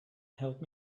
help